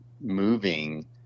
moving